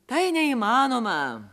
tai neįmanoma